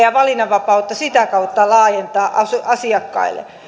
ja valinnanvapautta sitä kautta laajentaa asiakkaille